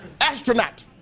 astronaut